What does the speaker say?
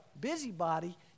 busybody